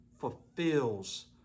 fulfills